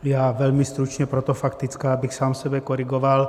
Já velmi stručně, proto faktická, abych sám sebe korigoval.